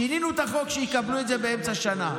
שינינו את החוק, שיקבלו את זה באמצע השנה.